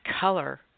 color